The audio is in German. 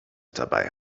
dabei